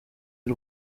y’u